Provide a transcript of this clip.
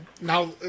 Now